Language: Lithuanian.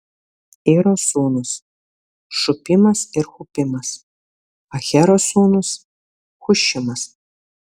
iro sūnūs šupimas ir hupimas ahero sūnus hušimas